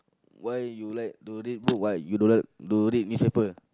why you like to read book but you don't like to read newspaper